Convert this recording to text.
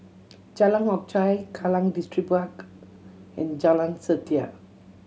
Jalan Hock Chye Kallang Distripark and Jalan Setia